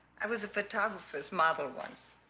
i was a photographer's model once